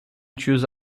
choose